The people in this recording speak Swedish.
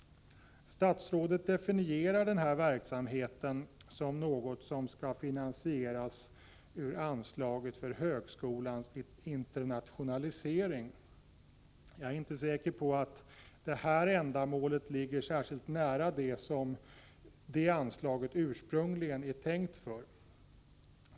Statsrådet definierar denna verksamhet som något som skall finansieras ur anslaget för högskolans internationalisering. Jag är inte säker på att detta ändamål ligger särskilt nära dem som det anslaget ursprungligen var tänkt för.